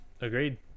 Agreed